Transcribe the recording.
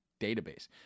database